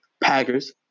Packers